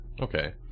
Okay